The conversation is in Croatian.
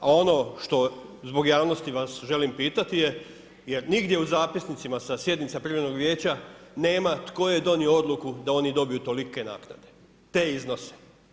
A ono što vas zbog javnosti želim pitati je jer nigdje u zapisnicima sa sjednica privremenog vijeća nema tko je donio odluku da oni dobiju tolike naknade, te iznose.